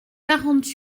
quarante